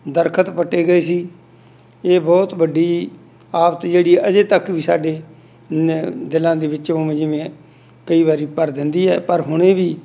ਦਰਖਤ ਪੱਟੇ ਗਏ ਸੀ ਇਹ ਬਹੁਤ ਵੱਡੀ ਆਫਤ ਜਿਹੜੀ ਅਜੇ ਤੱਕ ਵੀ ਸਾਡੇ ਨ ਦਿਲਾਂ ਦੇ ਵਿੱਚ ਉਵੇਂ ਜਿਵੇਂ ਕਈ ਵਾਰੀ ਭਰ ਦਿੰਦੀ ਹੈ ਪਰ ਹੁਣ ਇਹ ਵੀ